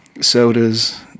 sodas